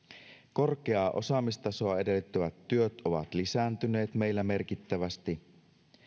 korkeaa osaamistasoa edellyttävät työt ovat lisääntyneet meillä merkittävästi